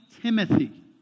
Timothy